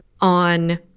on